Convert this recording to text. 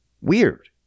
Weird